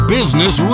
Business